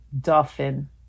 dolphin